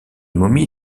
momies